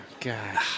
God